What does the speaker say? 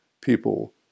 people